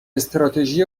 استراتژی